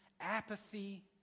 apathy